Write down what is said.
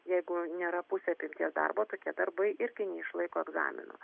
jeigu nėra pusė apimties darbo tokie darbai irgi neišlaiko egzamino